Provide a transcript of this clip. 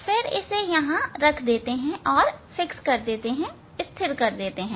फिर इसे यहां रख देते हैं और स्थिर कर देते हैं